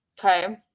Okay